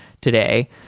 today